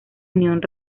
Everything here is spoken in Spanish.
unión